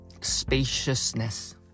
spaciousness